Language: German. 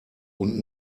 und